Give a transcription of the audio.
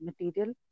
material